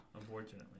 Unfortunately